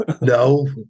no